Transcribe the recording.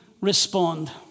respond